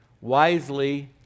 wisely